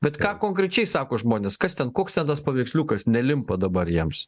bet ką konkrečiai sako žmonės kas ten koks ten tas paveiksliukas nelimpa dabar jiems